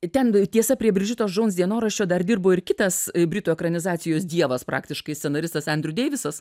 ten tiesa prie brigitos džons dienoraščio dar dirbo ir kitas britų ekranizacijos dievas praktiškai scenaristas endriu deivisas